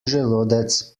želodec